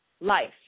life